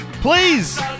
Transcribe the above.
Please